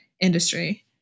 industry